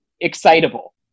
excitable